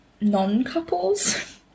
non-couples